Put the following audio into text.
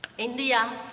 india,